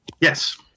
Yes